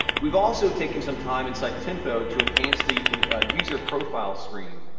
we've also taken some time inside tempo to enhance the user profile screen.